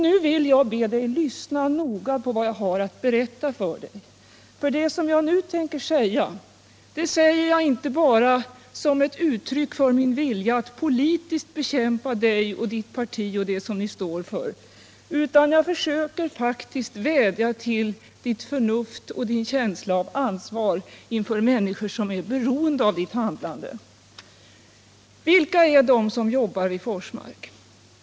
Nu vill jag be dig lyssna noga på vad jag har att berätta för dig, för det som jag nu tänker säga är inte bara ett uttryck för min vilja att politiskt bekämpa dig och ditt parti och det som ni står för, utan jag försöker faktiskt vädja till ditt förnuft och din känsla av ansvar inför människor som är beroende av ditt handlande. Vilka är de som jobbar vid Forsmark?